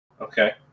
Okay